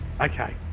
Okay